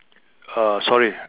err sorry